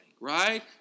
right